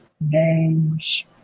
names